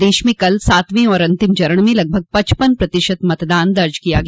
प्रदेश में कल सातवें और अंतिम चरण में लगभग पचपन प्रतिशत मतदान दर्ज किया गया